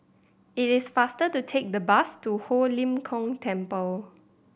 it is faster to take the bus to Ho Lim Kong Temple